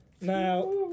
Now